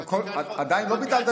עדיין לא ביטלתם,